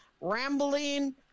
rambling